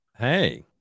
Hey